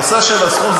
הנושא של הסכום,